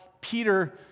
Peter